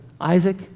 Isaac